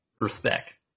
Respect